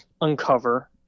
uncover